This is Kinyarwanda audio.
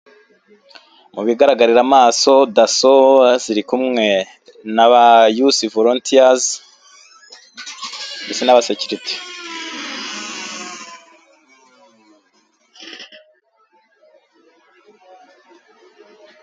Mu bigaragarira amaso dasso ziri kumwe na yusi vorontiyazi ndetse n'abasekirite.